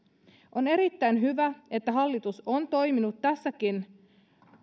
on erittäin hyvä että hallitus on toiminut tässäkin